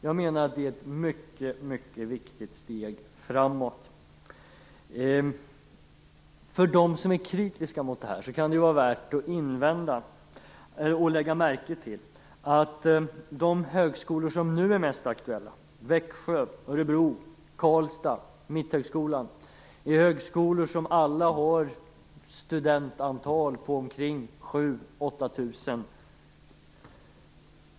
Jag menar att det är ett mycket viktigt steg framåt. För dem som är kritiska mot detta kan det vara värt att lägga märke till att de högskolor som nu är mest aktuella, Växjö, Örebro, Karlstad och Mitthögskolan, är högskolor som alla har ett studentantal på omkring 7 000-8 000.